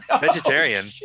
Vegetarian